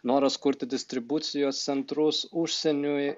noras kurti distribucijos centrus užsieniui